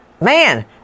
Man